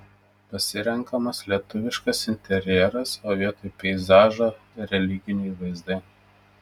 pasirenkamas lietuviškas interjeras o vietoj peizažo religiniai vaizdai